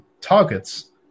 targets